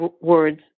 words